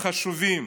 חשובים